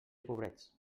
pobrets